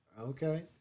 Okay